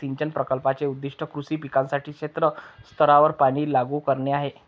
सिंचन प्रकल्पाचे उद्दीष्ट कृषी पिकांसाठी क्षेत्र स्तरावर पाणी लागू करणे आहे